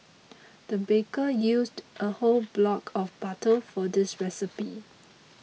the baker used a whole block of butter for this recipe